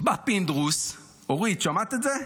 בא פינדרוס, אורית, שמעת את זה?